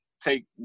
take –